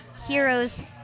heroes